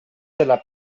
della